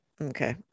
Okay